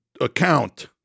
account